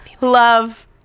love